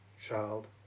child